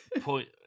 point